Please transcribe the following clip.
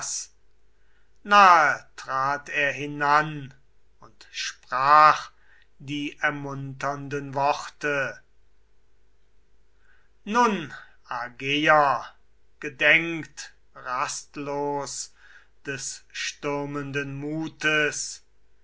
nahe trat er hinan und sprach die ermunternden worte nun argeier gedenkt rastlos des stürmenden mutes